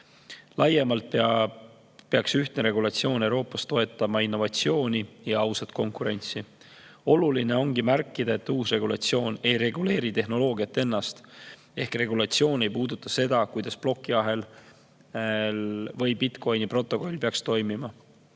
Laiemalt peaks ühtne regulatsioon Euroopas toetama innovatsiooni ja ausat konkurentsi. Oluline ongi märkida, et uus regulatsioon ei reguleeri tehnoloogiat ennast ehk regulatsioon ei puuduta seda, kuidas plokiahel võibitcoin'i protokoll peaks toimima.